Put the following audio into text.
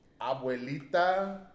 Abuelita